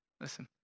Listen